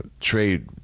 Trade